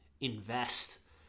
invest